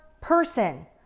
person